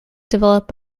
developed